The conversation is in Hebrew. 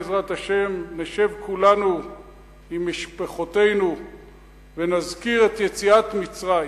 בעזרת השם נשב כולנו עם משפחותינו ונזכיר את יציאת מצרים,